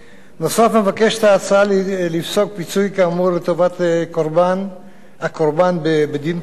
נוסף על כך ההצעה מבקשת לפסוק פיצוי כאמור לטובת הקורבן בדין פלילי.